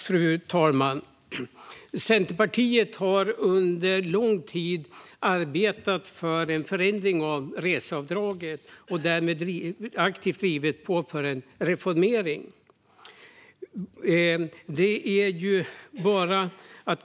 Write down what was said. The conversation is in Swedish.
Fru talman! Centerpartiet har under lång tid arbetat för en förändring av reseavdraget och därmed aktivt drivit på för en reformering.